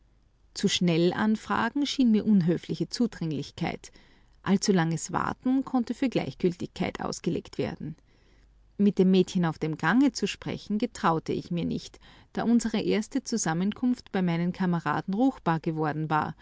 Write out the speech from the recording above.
zu schnell anfragen schien mir unhöfliche zudringlichkeit allzu langes warten konnte für gleichgültigkeit ausgelegt werden mit dem mädchen auf dem gange zu sprechen getraute ich mir nicht da unsere erste zusammenkunft bei meinen kameraden ruchbar geworden war